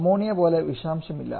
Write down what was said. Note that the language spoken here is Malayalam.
അമോണിയ പോലെ വിഷാംശം ഇല്ല